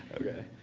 okay.